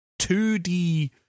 2D